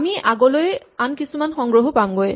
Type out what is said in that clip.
আমি আগলৈ আন কিছুমান সংগ্ৰহো পামগৈ